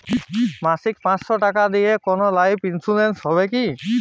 মাসিক পাঁচশো টাকা দিয়ে কোনো লাইফ ইন্সুরেন্স হবে কি?